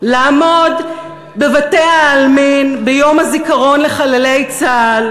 לעמוד בבתי-העלמין ביום הזיכרון לחללי צה"ל